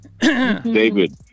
David